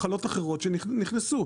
מחלות אחרות שנכנסו,